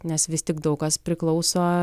nes vis tik daug kas priklauso